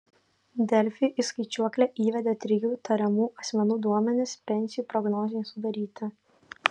delfi į skaičiuoklę įvedė trijų tariamų asmenų duomenis pensijų prognozei sudaryti